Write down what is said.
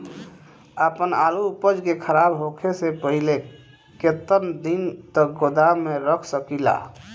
आपन आलू उपज के खराब होखे से पहिले केतन दिन तक गोदाम में रख सकिला?